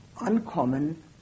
uncommon